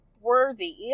worthy